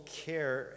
care